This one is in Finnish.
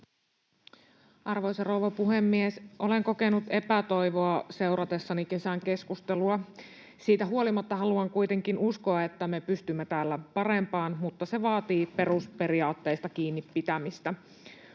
Arvoisa rouva puhemies! Olen kokenut epätoivoa seuratessani kesän keskustelua. Siitä huolimatta haluan kuitenkin uskoa, että me pystymme täällä parempaan. Mutta se vaatii perusperiaatteista kiinni pitämistä.